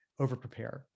overprepare